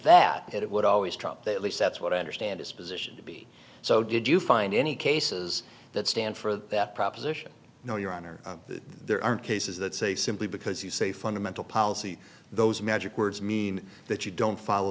that it would always trump the at least that's what i understand his position to be so did you find any cases that stand for that proposition no your honor that there aren't cases that say simply because you say fundamental policy those magic words mean that you don't follow